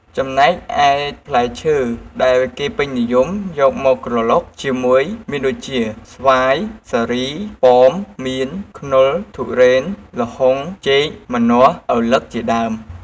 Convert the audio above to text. ចំណែកឯផ្លែឈើដែលគេពេញនិយម យកមកក្រឡុកជាមួយមានដូចជា ស្វាយ សារី ប៉ោម មៀន ខ្នុរ ទុរេន ល្ហុង ចេក ម្នាស់ ឪឡឹក ជាដើម។